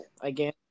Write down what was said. Again